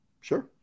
Sure